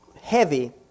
heavy